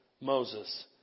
Moses